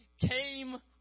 came